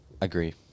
agree